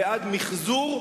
בעד מיחזור,